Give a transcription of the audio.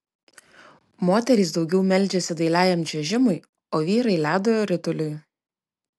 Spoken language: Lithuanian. moterys daugiau meldžiasi dailiajam čiuožimui o vyrai ledo rituliui